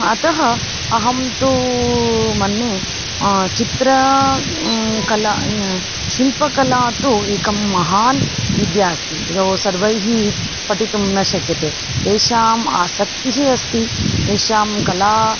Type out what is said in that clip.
अतः अहं तु मन्ये चित्रं कला शिल्पकला तु एका महती विद्या अस्ति यत् सर्वैः पठितुं न शक्यते येषाम् आसक्तिः अस्ति येषां कला